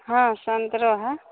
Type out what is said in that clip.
हँ सन्तरो हइ